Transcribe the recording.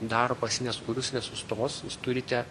darbas nesugrius nesustos jūs turite